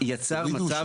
יצר מצב